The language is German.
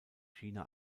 china